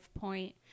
point